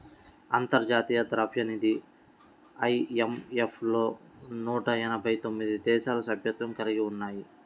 అంతర్జాతీయ ద్రవ్యనిధి ఐ.ఎం.ఎఫ్ లో నూట ఎనభై తొమ్మిది దేశాలు సభ్యత్వం కలిగి ఉన్నాయి